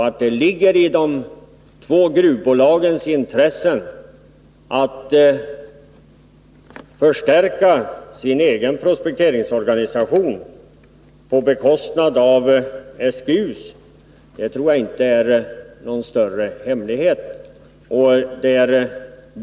Att det ligger i de två gruvbolagens intresse att förstärka sin egen prospekteringsorganisation på bekostnad av SGU:s tror jag inte är någon större hemlighet.